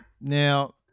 now